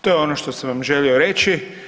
To je ono što sam vam želio reći.